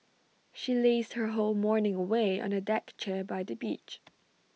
she lazed her whole morning away on A deck chair by the beach